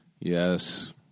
Yes